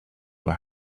were